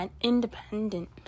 independent